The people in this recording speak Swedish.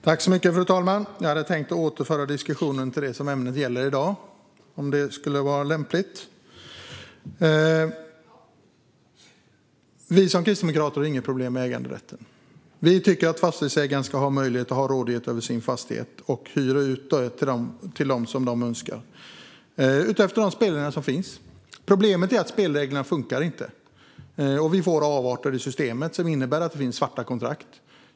Fru talman! Jag tänkte återföra diskussionen till dagens ämne. Vi kristdemokrater har inga problem med äganderätten. Vi tycker att fastighetsägare ska ha rådighet över sina fastigheter och hyra ut till dem som de önskar utifrån de spelregler som finns. Problemet är att spelreglerna inte funkar, och då får vi avarter i systemet som innebär svarta kontrakt.